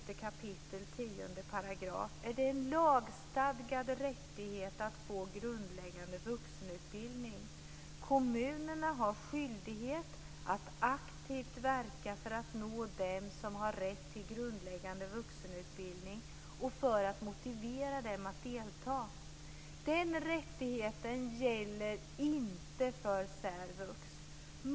10 § en lagstadgad rättighet att få grundläggande vuxenutbildning. Kommunerna har skyldighet att aktivt verka för att nå dem som har rätt till grundläggande vuxenutbildning och att motivera dem att delta. Den rättigheten gäller inte för särvux.